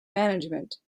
management